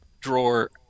drawer